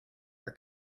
our